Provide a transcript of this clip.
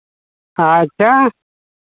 ᱟᱪᱪᱷᱟ